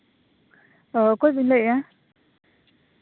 ᱚ ᱚᱠᱚᱭ ᱵᱤᱱ ᱞᱟᱹᱭᱮᱫᱼᱟ